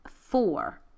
Four